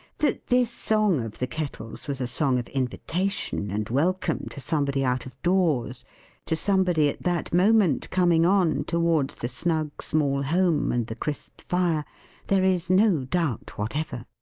that this song of the kettle's, was a song of invitation and welcome to somebody out of doors to somebody at that moment coming on, towards the snug small home and the crisp fire there is no doubt whatever.